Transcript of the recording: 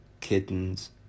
kittens